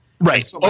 Right